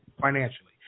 financially